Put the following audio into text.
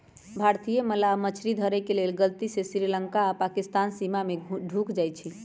भारतीय मलाह मछरी धरे के लेल गलती से श्रीलंका आऽ पाकिस्तानके सीमा में ढुक जाइ छइ